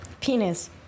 penis